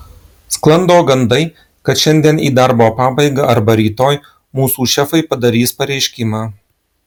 sklando gandai kad šiandien į darbo pabaigą arba rytoj mūsų šefai padarys pareiškimą